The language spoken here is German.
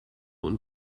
und